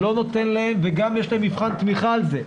וגם יש להם מבחן תמיכה על זה.